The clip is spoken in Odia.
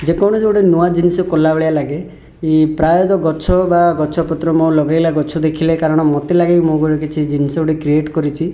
ଯେ କୌଣସି ଗୋଟେ ନୂଆ ଜିନିଷ କଲା ଭଳିଆ ଲାଗେ ପ୍ରାୟତଃ ଗଛ ବା ଗଛପତ୍ର ମୋର ଲଗେଇଲା ଗଛ ଦେଖିଲେ କାରଣ ମୋତେ ଲାଗେ ମୁଁ ମୋର କିଛି ଜିନିଷ ଗୋଟେ କ୍ରିଏଟ୍ କରିଛି